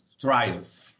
trials